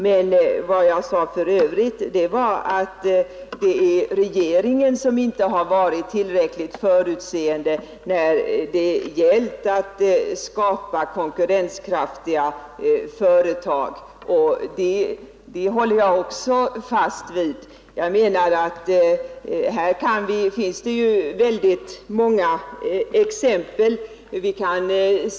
Men vad jag i övrigt sade var att det är regeringen som inte har varit tillräckligt förutseende när det gällt att skapa konkurrenskraftiga företag, och det håller jag också fast vid. Jag menar att det finns många exempel på detta.